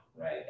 right